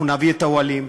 אנחנו נביא את האוהלים,